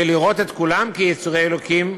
לראות את כולם כיצורי אלוקים,